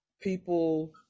people